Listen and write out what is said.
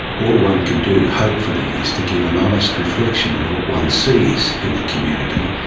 all one can do hopefully is to give an honest reflection of what one sees in the community,